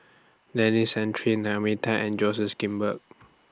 Denis Santry Naomi Tan and Joseph Grimberg